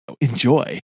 Enjoy